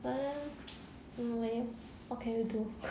but then you then what can you do